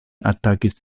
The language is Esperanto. atakis